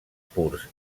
purs